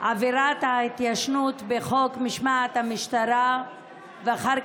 חוק המשטרה (תיקון,